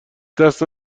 دست